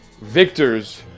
victor's